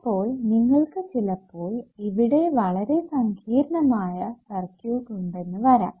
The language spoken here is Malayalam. അപ്പോൾ നിങ്ങൾക്ക് ചിലപ്പോൾ ഇവിടെ വളരെ സങ്കീർണ്ണമായ സർക്യൂട്ട് ഉണ്ടെന്ന് വരാം